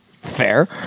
fair